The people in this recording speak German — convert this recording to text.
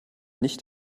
nicht